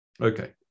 okay